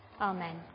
Amen